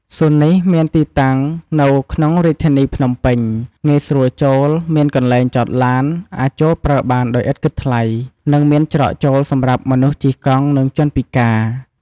សួននេះមានទីតាំងនៅក្នុងរាជធានីភ្នំពេញ ងាយស្រួលចូល មានកន្លែងចតឡាន អាចចូលប្រើបានដោយឥតគិតថ្លៃ និងមានច្រកចូលសម្រាប់មនុស្សជិះកង់ និង ជនពិការ។